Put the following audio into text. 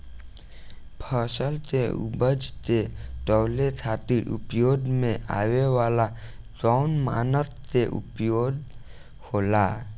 फसल के उपज के तौले खातिर उपयोग में आवे वाला कौन मानक के उपयोग होला?